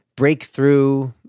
breakthrough